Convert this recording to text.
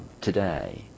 today